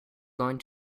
going